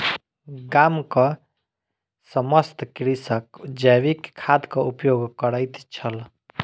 गामक समस्त कृषक जैविक खादक उपयोग करैत छल